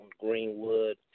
Greenwood